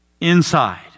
inside